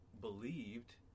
believed